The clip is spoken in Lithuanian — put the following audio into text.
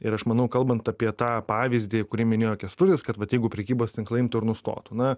ir aš manau kalbant apie tą pavyzdį kurį minėjo kęstutis kad jeigu prekybos tinklai imtų ir nustotų na